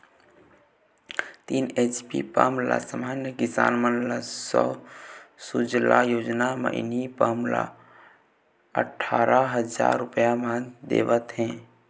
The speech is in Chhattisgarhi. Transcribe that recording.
तीन एच.पी पंप ल समान्य किसान मन ल सौर सूजला योजना म इहीं पंप ह अठारा हजार रूपिया म देवत हे